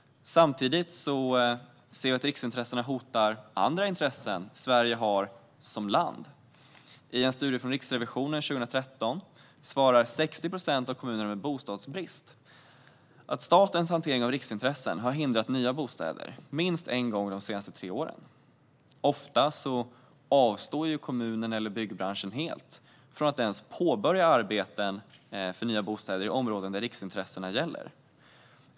Samtidigt ser vi att riksintressena hotar andra intressen som Sverige har som land. I en studie från Riksrevisionen 2013 svarar 60 procent av kommunerna med bostadsbrist att statens hantering av riksintressen har hindrat nya bostäder minst en gång de senaste tre åren. Ofta avstår kommunerna och byggbranschen från att ens påbörja arbeten för nya bostäder i områden där riksintressen gäller.